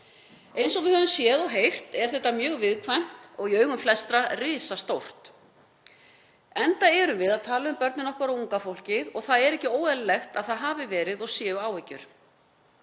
Eins og við höfum séð og heyrt er þetta mjög viðkvæmt og í augum flestra risastórt, enda erum við að tala um börnin okkar og unga fólkið og það er ekki óeðlilegt að það hafi verið og séu áhyggjur.